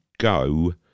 Go